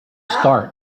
start